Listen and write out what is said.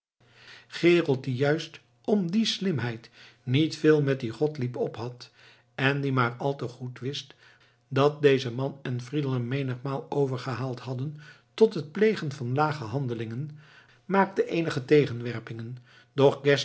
gerold die juist om die slimheid niet veel met dien gottlieb ophad en die maar al te goed wist dat deze man en friedel hem menigmaal overgehaald hadden tot het plegen van lage handelingen maakte eenige tegenwerpingen